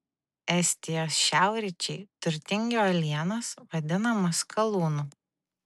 estijos šiaurryčiai turtingi uolienos vadinamos skalūnu